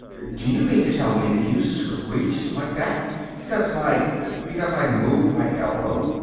do you mean to tell me that you screeched like that because my because i moved my elbow?